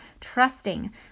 trusting